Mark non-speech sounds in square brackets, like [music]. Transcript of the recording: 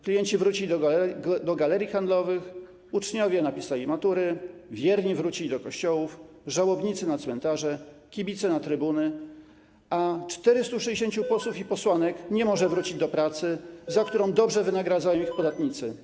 Klienci wrócili do galerii handlowych, uczniowie napisali matury, wierni wrócili do kościołów, żałobnicy - na cmentarze, kibice - na trybuny, a 460 posłów i posłanek [noise] nie może wrócić do pracy, za którą dobrze wynagradzają ich podatnicy.